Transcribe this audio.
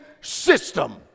system